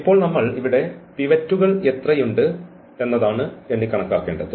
ഇപ്പോൾ നമ്മൾ ഇവിടെ പിവറ്റുകൾ എത്രയുണ്ട് എന്നാണ് എണ്ണി കണക്കാക്കേണ്ടത്